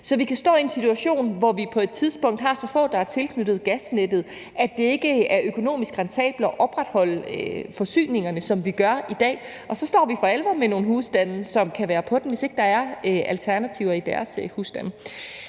så vi kan stå i en situation, hvor vi på et tidspunkt har så få, der er tilknyttet gasnettet, at det ikke er økonomisk rentabelt at opretholde forsyningerne, som vi gør i dag, og så står vi for alvor med nogle husstande, som kan være på den, hvis ikke der er alternativer for dem.